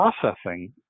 processing